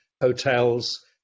Hotels